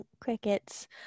crickets